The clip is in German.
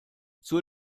zur